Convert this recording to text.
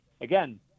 again